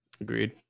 Agreed